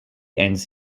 ends